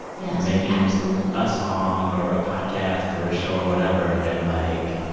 yeah making. absolutely. a song or a podcast or a show or whatever. and like,